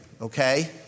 Okay